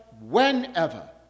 whenever